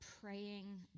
praying